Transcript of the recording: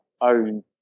own